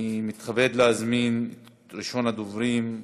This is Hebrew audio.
אני מתכבד להזמין את ראשון הדוברים,